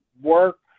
work